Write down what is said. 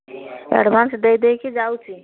advance ଦେଇ ଦେଇକି ଯାଉଛି